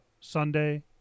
Sunday